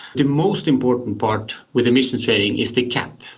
the most important part with emissions trading is the cap.